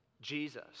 Jesus